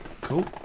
cool